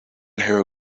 her